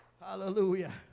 Hallelujah